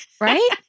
Right